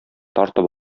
тартып